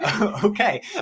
Okay